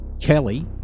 Kelly